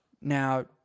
now